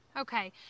Okay